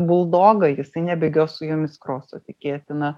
buldogą jisai nebėgios su jumis kroso tikėtina